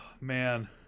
man